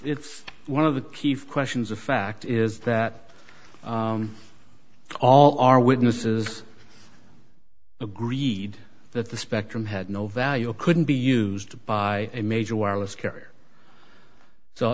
f one of the key questions of fact is that all our witnesses agreed that the spectrum had no value or couldn't be used by a major wireless carrier so